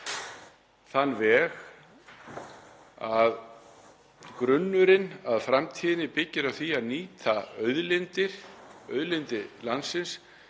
þann veg að grunnurinn að framtíðinni byggir á því að nýta auðlindir landsins